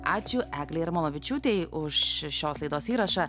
ačiū eglei jarmalavičiūtei už šios laidos įrašą